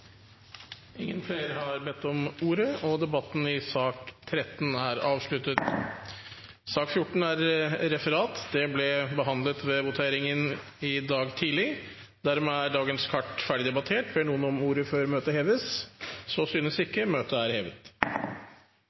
ordet til sak nr. 13. Sak nr. 14, Referat, ble behandlet ved voteringen tidligere i dag. Dermed er dagens kart ferdigdebattert. Ber noen om ordet før møtet heves? – Møtet er hevet.